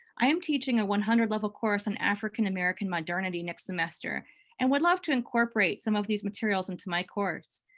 i am teaching a one hundred level course on african-american modernity next semester and would love to incorporate some of these materials into my course.